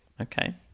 Okay